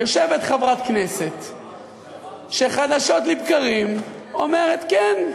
יושבת חברת כנסת שחדשות לבקרים אומרת: כן,